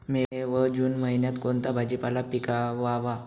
मे व जून महिन्यात कोणता भाजीपाला पिकवावा?